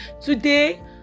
today